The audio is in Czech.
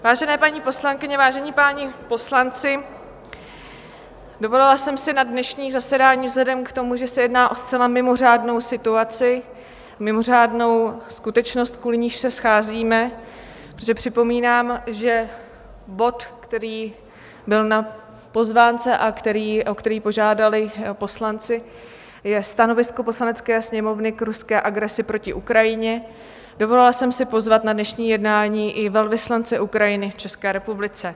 Vážené paní poslankyně, vážení páni poslanci, dovolila jsem si na dnešní zasedání vzhledem k tomu, že se jedná o zcela mimořádnou situaci, mimořádnou skutečnost, kvůli níž se scházíme, protože připomínám, že bod, který byl na pozvánce a o který požádali poslanci je stanovisko Poslanecké sněmovny k ruské agresi proti Ukrajině, dovolila jsem si pozvat na dnešní jednání i velvyslance Ukrajiny v České republice.